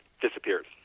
disappears